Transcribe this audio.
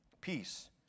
Peace